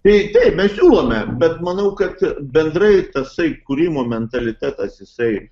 tai taip mes siūlome bet manau kad bendrai tasai kūrimo mentalitetas jisai